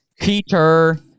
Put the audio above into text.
Peter